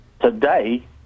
Today